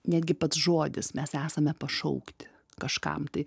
netgi pats žodis mes esame pašaukti kažkam tai